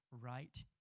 right